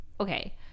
Okay